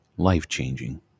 life-changing